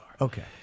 Okay